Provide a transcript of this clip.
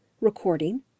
Recording